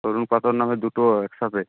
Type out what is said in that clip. অরূপরতন নামে দুটো একসাথে